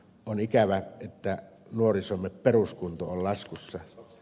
on ikävää että nuorisomme peruskunto on laskussa